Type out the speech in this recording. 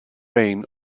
rain